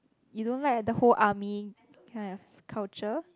you don't like the whole army kind of culture